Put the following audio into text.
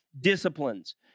disciplines